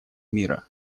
мира